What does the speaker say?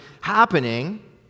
happening